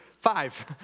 five